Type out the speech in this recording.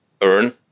earn